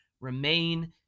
remain